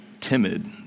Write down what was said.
timid